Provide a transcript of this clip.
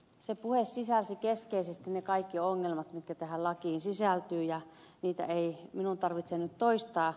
se puhe sisälsi keskeisesti ne kaikki ongelmat mitkä tähän lakiin sisältyvät ja niitä ei minun tarvitse nyt toistaa